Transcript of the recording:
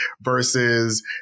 versus